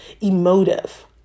emotive